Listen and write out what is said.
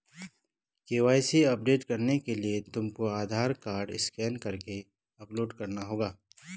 KYC update करने के लिए तुमको आधार कार्ड स्कैन करके अपलोड करना होगा